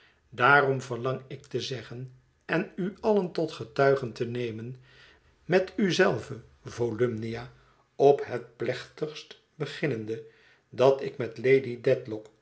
daarom verlang ik te zeggen en u allen tot getuigen te nemen met u zelve volumnia op het plechtigst beginnende dat ik met lady